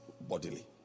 bodily